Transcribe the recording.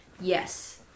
Yes